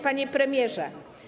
Panie Premierze!